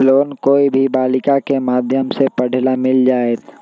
Loan कोई भी बालिका के माध्यम से पढे ला मिल जायत?